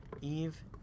Eve